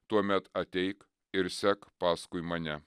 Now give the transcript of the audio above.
tuomet ateik ir sek paskui mane